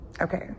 Okay